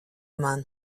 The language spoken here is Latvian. man